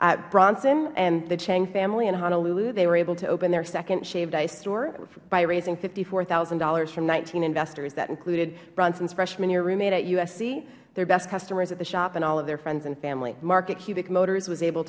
share bronson and the chang family in honolulu they were able to open their second shaved ice store by raising fifty four thousand dollars from nineteen investors that included bronson's freshman year roommate at usc their best customers at the shop and all of their friends and family mark at cubic motors was able